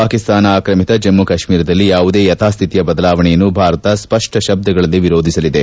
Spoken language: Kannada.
ಪಾಕಿಸ್ತಾನ ಆಕ್ರಮಿತ ಜಮ್ಮ ಕಾಶ್ಮೀರದಲ್ಲಿ ಯಾವುದೇ ಯಥಾಸ್ತಿತಿಯ ಬದಲಾವಣೆಯನ್ನು ಭಾರತ ಸ್ಪಷ್ಟ ಶಬ್ದಗಳಲ್ಲಿ ವಿರೋಧಿಸಲಿದೆ